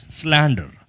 slander